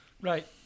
Right